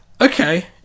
Okay